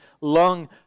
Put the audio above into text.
lung